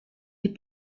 des